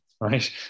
right